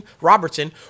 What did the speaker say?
Robertson